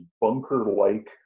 bunker-like